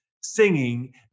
singing